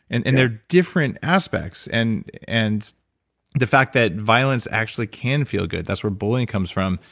and and they're different aspects. and and the fact that violence actually can feel good. that's where bullying comes from.